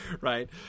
right